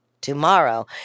tomorrow